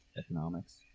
economics